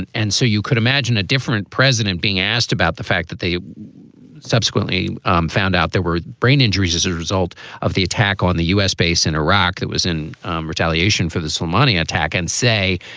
and and so you could imagine a different president being asked about the fact that they subsequently um found out there were brain injuries as a result of the attack on the u s. base in iraq that was in retaliation for the sumana attack and say,